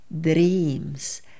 dreams